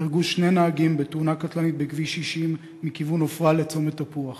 נהרגו שני נהגים בתאונה קטלנית בכביש 60 מכיוון עופרה לצומת תפוח.